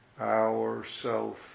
ourself